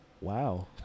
wow